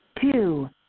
Two